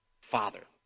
father